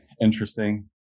Interesting